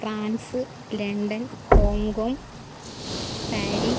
France London hong-kong Paris